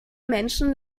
menschen